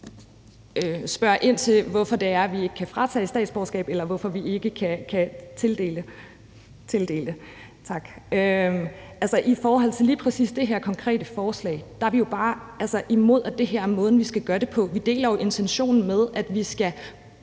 spørger ind til, hvorfor det er, vi ikke kan fratage statsborgerskab, eller hvorfor vi ikke kan tildele det. I forhold til lige præcis det her konkrete forslag er vi jo bare imod, at det her er måden, vi skal gøre det på. Vi deler jo intentionen med, at vi i